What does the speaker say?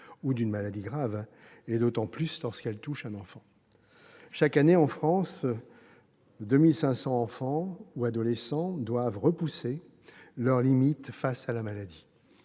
ou d'une maladie grave, d'autant plus lorsqu'elle touche un enfant. Chaque année, en France, 2 500 enfants ou adolescents doivent repousser leurs limites face à la maladie.